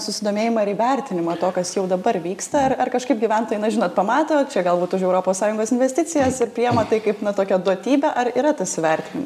susidomėjimą ir įvertinimą to kas jau dabar vyksta ar ar kažkaip gyventojai na žinot pamato čia galbūt už europos sąjungos investicijas ir priima tai kaip na tokią duotybę ar yra tas įvertinimas